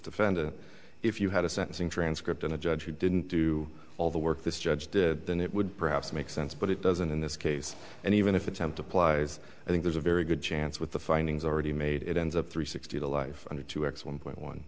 defendant if you had a sentencing transcript and a judge who didn't do all the work this judge did then it would perhaps make sense but it doesn't in this case and even if attempt applies i think there's a very good chance with the findings already made it ends up three sixty to life on a two x one point one